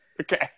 Okay